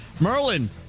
Merlin